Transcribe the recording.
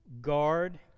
Guard